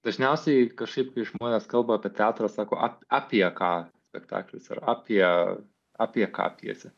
dažniausiai kažkaip kai žmonės kalba apie teatrą sako apie ką spektaklis yra apie apie ką pjesė